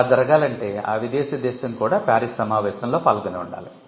అలా జరగాలంటే ఆ విదేశీ దేశం కూడా ప్యారిస్ సమావేశంలో పాల్గొని ఉండాలి